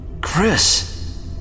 Chris